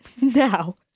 now